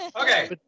Okay